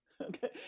okay